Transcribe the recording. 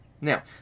Now